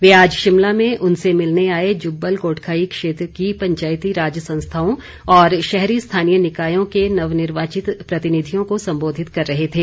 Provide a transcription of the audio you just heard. वे आज शिमला में उनसे मिलने आए जुब्बल कोटखाई क्षेत्र की पंचायती राज संस्थाओं और शहरी स्थानीय निकायों के नवनिर्वाचित प्रतिनिधियों को संबोधित कर रहे थे